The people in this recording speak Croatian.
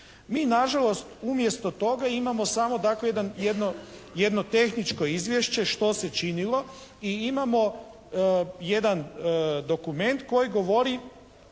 Mi nažalost umjesto toga imamo samo dakle jedno tehničko izvješće što se činilo. I imamo jedan dokument koji govori